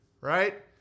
right